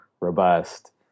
robust